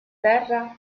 terra